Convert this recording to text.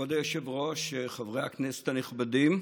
כבוד היושב-ראש, חברי הכנסת הנכבדים,